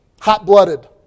hot-blooded